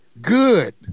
Good